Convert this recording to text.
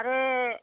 आरो